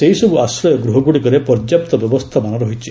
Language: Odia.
ସେହିସବୁ ଆଶ୍ରୟଗୃହଗୁଡ଼ିକରେ ପର୍ଯ୍ୟାପ୍ତ ବ୍ୟବସ୍ଥାମାନ ରହିଛି